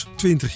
20